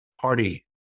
party